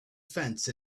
fence